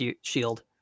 shield